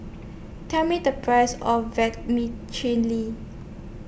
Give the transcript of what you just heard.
Tell Me The Price of Vermicelli